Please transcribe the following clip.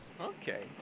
Okay